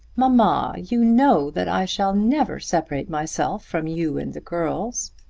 mamma, you know that i shall never separate myself from you and the girls.